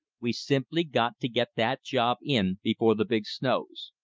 we've simply got to get that job in before the big snows.